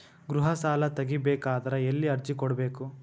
ಗೃಹ ಸಾಲಾ ತಗಿ ಬೇಕಾದರ ಎಲ್ಲಿ ಅರ್ಜಿ ಕೊಡಬೇಕು?